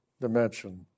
dimension